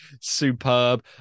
superb